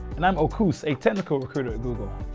and i'm okwus, a technical recruiter at google.